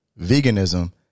Veganism